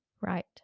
right